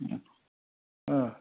ஆ